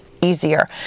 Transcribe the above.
easier